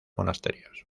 monasterios